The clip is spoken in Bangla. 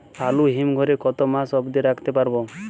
আলু হিম ঘরে কতো মাস অব্দি রাখতে পারবো?